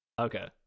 Okay